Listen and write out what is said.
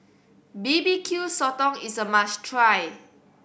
B B Q Sotong is a must try